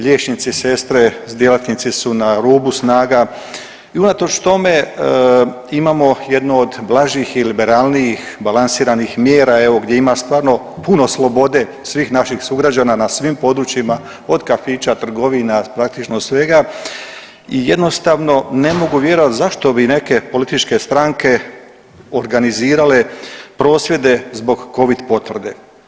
Liječnici, sestre, djelatnici su na rubu snaga i unatoč tome imamo jednu od blažih i liberalnijih balansiranih mjera, evo, gdje ima stvarno puno slobode svih naših sugrađana na svim područjima, od kafića, trgovina, praktično svega i jednostavno ne mogu vjerovati zašto bi neke političke stranke organizirale prosvjede zbog Covid potvrde.